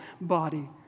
body